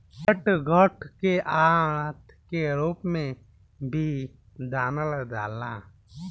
catgut के आंत के रूप में भी जानल जाला